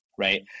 Right